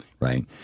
Right